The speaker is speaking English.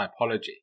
Typology